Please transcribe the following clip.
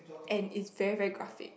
and is very very graphic